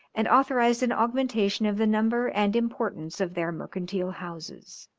and authorised an augmentation of the number and importance of their mercantile houses.